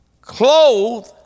clothed